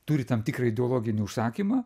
turi tam tikrą ideologinį užsakymą